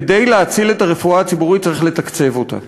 כדי להציל את הרפואה הציבורית צריך לתקצב אותה,